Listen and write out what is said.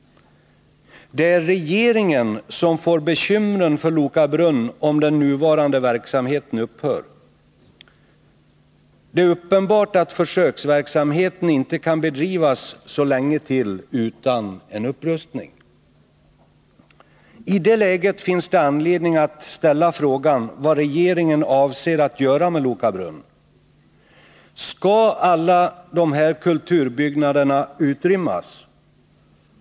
Det är regeringen som får bekymren för Loka brunn om den nuvarande verksamheten upphör. Det är uppenbart att försöksverksamheten inte kan bedrivas så länge till utan en upprustning. I det läget finns det anledning att ställa frågan vad regeringen avser att göra med Loka brunn. Skall alla dessa kulturbyggnader utrymmas?